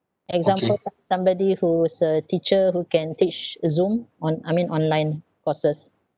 example some~ somebody who's a teacher who can teach Zoom on~ I mean online courses